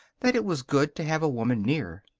that it was good to have a woman near.